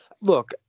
Look